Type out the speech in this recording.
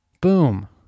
boom